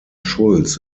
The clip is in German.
schulz